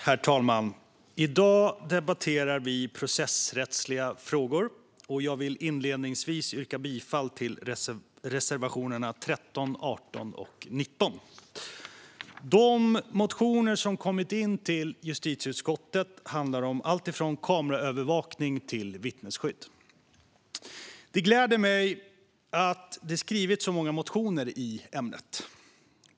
Herr talman! I dag debatterar vi processrättsliga frågor, och jag vill inledningsvis yrka bifall till reservationerna 13, 18 och 19. De motioner som har kommit in till justitieutskottet handlar om allt från kameraövervakning till vittnesskydd. Det gläder mig att det har skrivits så många motioner i ämnet.